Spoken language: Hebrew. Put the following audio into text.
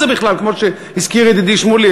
כמו שהזכיר ידידי שמולי,